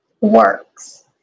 works